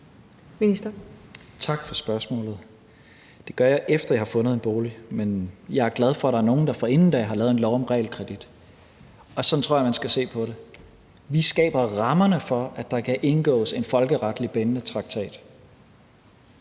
Tesfaye): Tak for spørgsmålet. Det gør jeg, efter jeg har fundet en bolig, men jeg er glad for, at der er nogen, der forinden da har lavet en lov om realkredit, og sådan tror jeg man skal se på det. Vi skaber rammerne for, at der kan indgås en folkeretligt bindende traktat,